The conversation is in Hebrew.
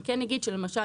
למשל,